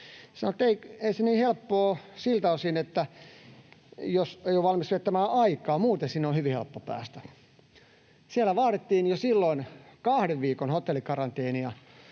ei se niin helppoa ole siltä osin, jos ei ole valmis viettämään aikaa, muuten sinne on hyvin helppo päästä. Siellä vaadittiin jo silloin kahden viikon hotellikaranteenia